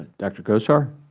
ah dr. gosar?